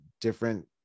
different